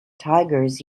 tigers